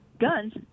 guns